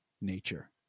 nature